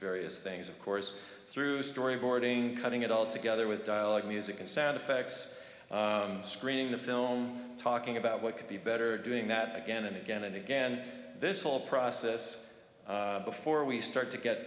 various things of course through storyboarding putting it all together with dialogue music and sound effects screening the film talking about what could be better doing that again and again and again this whole process before we start to get